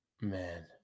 man